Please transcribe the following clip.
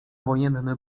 wojenny